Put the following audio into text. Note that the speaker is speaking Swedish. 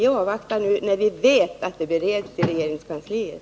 Nu avvaktar vi regeringens prövning, eftersom vi vet att frågan bereds inom regeringskansliet.